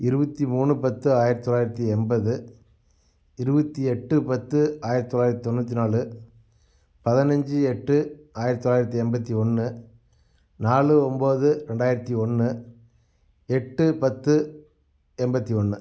இருபத்தி மூணு பத்து ஆயிரத்தி தொள்ளாயிரத்தி எண்பது இருபத்தி எட்டு பத்து ஆயிரத்தி தொள்ளாயிரத்தி தொண்ணூற்றி நாலு பதினஞ்சு எட்டு ஆயிரத்தி தொள்ளாயிரத்தி எண்பத்தி ஒன்று நாலு ஒம்பது ரெண்டாயிரத்தி ஒன்று எட்டு பத்து எண்பத்தி ஒன்று